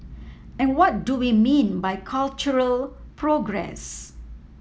and what do we mean by cultural progress